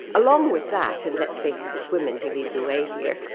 along with that, and let's face it, it's women who lead the way here,